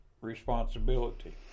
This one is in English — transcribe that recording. responsibility